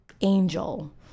angel